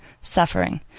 suffering